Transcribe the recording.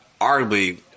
arguably